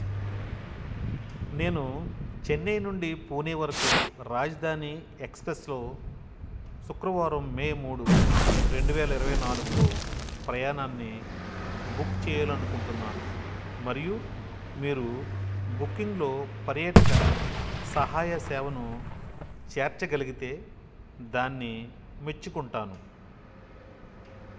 నేను చెన్నై నుండి పూణే వరకు రాజధాని ఎక్స్ప్రెస్లో శుక్రవారం మే మూడు రెండు వేల ఇరవై నాలుగులో ప్రయాణాన్ని బుక్ చెయ్యాలనుకుంటున్నాను మరియు మీరు బుకింగ్లో పర్యాటక సహాయ సేవను చేర్చగలిగితే దాన్ని మెచ్చుకుంటాను